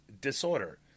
disorder